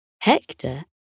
Hector